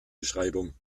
beschreibung